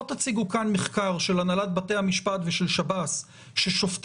לא תציגו כאן מחקר של הנהלת בתי המשפט ושל שב"ס ששופטים,